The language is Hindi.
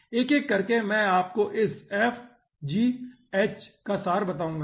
एक एक करके मैं आपको इस f g और h का सार बताऊंगा